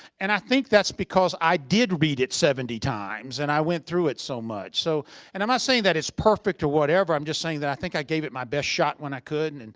and i think that's because i did read it seventy times and i went through it so much. so and i'm not saying that it's perfect or whatever. i'm just saying that i think i gave it my best shot when i could. and and